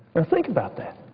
think about that.